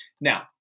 Now